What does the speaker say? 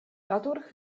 dadurch